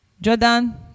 Jordan